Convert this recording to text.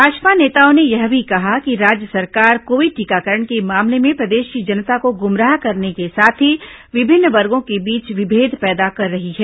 भाजपा नेताओं ने यह भी कहा कि राज्य सरकार कोविड टीकाकरण के मामले में प्रदेश की जनता को गुमराह करने के साथ ही विभिन्न वर्गो के बीच विभेद पैदा कर रही है